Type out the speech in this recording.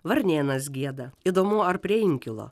varnėnas gieda įdomu ar prie inkilo